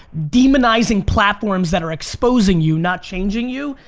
demonizing platforms that are exposing you, not changing you,